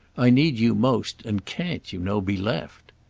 i need you most and can't, you know, be left.